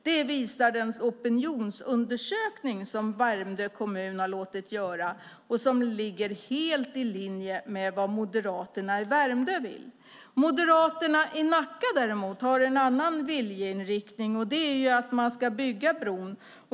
Det visar den opinionsundersökning Värmdö kommun låtit göra. Detta ligger helt i linje med vad vi moderater i Värmdö vill." Moderaterna i Nacka, däremot, har en annan viljeinriktning, och det är att man ska bygga bron.